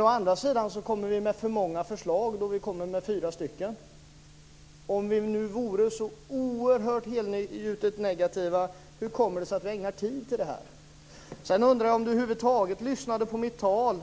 å andra sidan kommer vi med för många förslag då vi kommer med fyra stycken. Om vi nu vore så oerhört helgjutet negativa, hur kommer det sig att vi ägnar tid åt det här? Sedan undrar jag om Hans Andersson över huvud taget lyssnade på mitt tal.